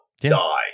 die